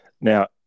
Now